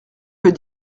veut